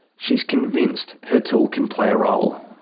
she's convinced her tool can play a role.